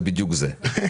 זה בדיוק זה.